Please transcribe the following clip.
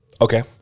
Okay